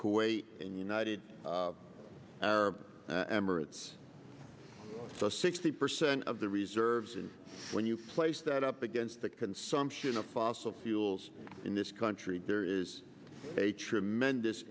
kuwait and united arab emirates sixty percent of the reserves and when you place that up against the consumption of fossil fuels in this country there is a tremendous